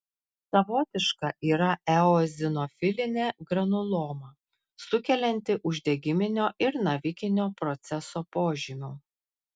savotiška yra eozinofilinė granuloma sukelianti uždegiminio ir navikinio proceso požymių